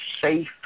safe